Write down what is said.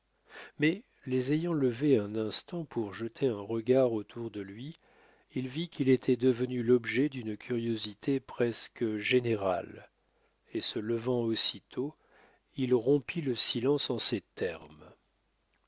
mais les ayant levés un instant pour jeter un regard autour de lui il vit qu'il était devenu l'objet d'une curiosité presque générale et se levant aussitôt il rompit le silence en ces termes